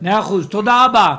מאה אחוז, תודה רבה.